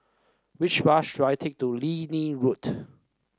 which bus should I take to Liane Road